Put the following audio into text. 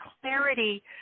clarity